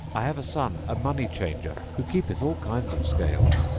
i have a son, a money changer, who keepeth all kinds of scales,